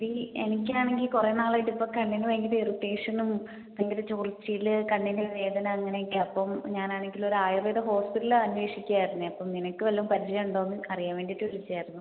tea എനിക്കാണെങ്കിൽ കുറെ നാളായിട്ട് ഇപ്പോൾ കണ്ണിന് ഭയങ്കര ഇറിറ്റേഷനും ഭയങ്കര ചൊറിച്ചില് കണ്ണിന് വേദന അങ്ങനെ ഒക്കെയാണ് അപ്പം ഞാനാണെങ്കില് ഒര് ആയുർവേദ ഹോസ്പിറ്റല് അന്വേഷിക്ക ആയിരുന്നെ അപ്പം നിനക്ക് വല്ലതും പരിചയം ഉണ്ടോയെന്ന് അറിയാൻ വേണ്ടിയിട്ട് വിളിച്ചത് ആയിരുന്നു